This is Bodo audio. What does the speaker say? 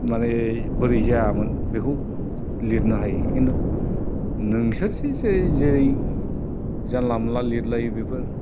माने माबोरै बोरै जायामोन बिखौ लिरनो हायो खिन्थु नोंसोर जे जै जेरै जानला मोनला लिरलायो बेफोर